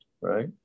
right